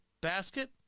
basket